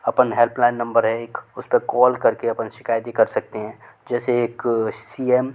अपन helpline number है एक उस पे कॉल कर के अपन शिकायत भी कर सकते हैं जैसे एक सी एम